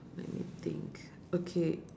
let me think okay